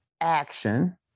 action